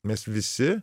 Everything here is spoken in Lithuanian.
mes visi